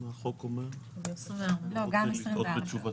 החוק אומר: תוך 24 שעות.